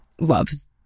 loves